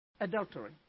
adultery